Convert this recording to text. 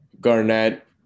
Garnett